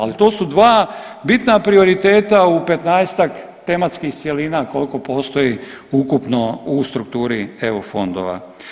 Ali to su dva bitna prioriteta u petnaestak tematskih cjelina koliko postoji ukupno u strukturi EU fondova.